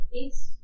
East